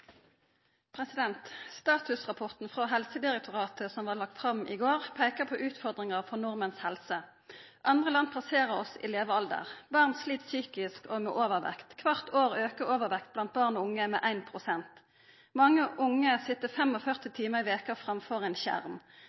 innlegg. Statusrapporten frå Helsedirektoratet som blei lagt fram i går, peiker på utfordringar for nordmenns helse. Andre land passerer oss i levealder. Barn slit psykisk og med overvekt. Kvart år aukar overvekt blant barn og unge med 1 pst. Mange unge sit 45 timar i veka framfor ein skjerm.